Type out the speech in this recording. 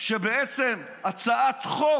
שבעצם הצעת חוק